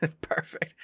Perfect